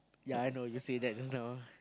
ya I know you say that just now